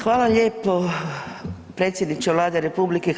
Hvala lijepo predsjedniče Vlade RH.